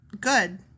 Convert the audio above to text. good